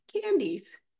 candies